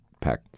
pack